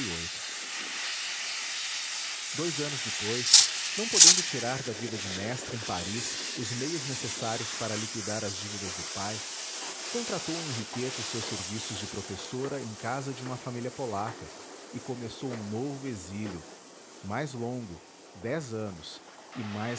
m ois anos depois não podendo tirar da vida de mestra em paris os meios necessários para liquidar as dívidas do pai contratou henriqueta os seus serviços de professora em casa de uma família polaca e começou novo exílio mais longo dez anos e mais